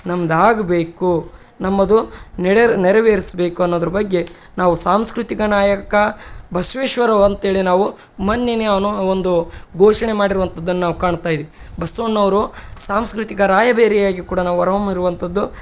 ನಮ್ದಾಗಬೇಕು ನಮ್ಮದು ನೆಡೆರ್ ನೆರೆವೇರಿಸಬೇಕು ಅನ್ನೋದ್ರ ಬಗ್ಗೆ ನಾವು ಸಾಂಸ್ಕೃತಿಕ ನಾಯಕ ಬಸವೇಶ್ವರವ ಅಂಥೇಳಿ ನಾವು ಮನ್ನಿನಿಯವನು ಒಂದು ಘೋಷಣೆ ಮಾಡಿರವಂಥದ್ದನ್ನು ನಾವು ಕಾಣ್ತಾ ಇದಿವಿ ಬಸವಣ್ಣೋರು ಸಾಂಸ್ಕೃತಿಕ ರಾಯಭಾರಿಯಾಗಿ ಕೂಡ ನಾವು ಹೊರ ಹೊಮ್ಮಿರುವಂಥದ್ದು